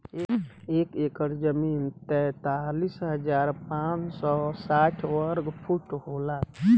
एक एकड़ जमीन तैंतालीस हजार पांच सौ साठ वर्ग फुट होला